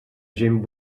gent